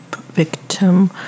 victim